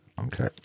Okay